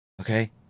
Okay